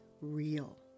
real